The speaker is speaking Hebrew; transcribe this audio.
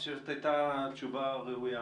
זו הייתה תשובה ראויה.